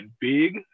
big